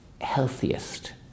Healthiest